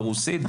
ברוסית,